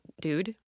dude